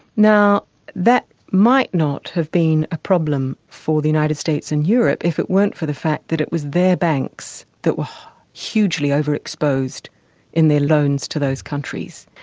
now that might not have been a problem for the united states and europe if it weren't for the fact that it was their banks that hugely over-exposed in their loans to those countries,